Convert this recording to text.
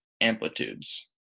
amplitudes